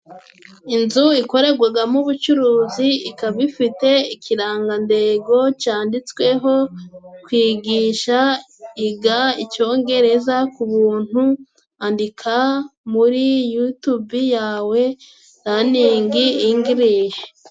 Inzu ikoregwagamo ubucuruzi ikaba ifite ikirangandengo canditsweho kwigisha iga icyongereza ku buntu andika muri yutubi yawe raningi ingirishi.